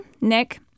Nick